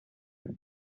eux